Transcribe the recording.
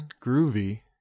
Groovy